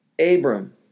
Abram